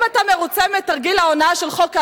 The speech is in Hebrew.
האם אתה מרוצה מתרגיל ההונאה של חוק האברכים,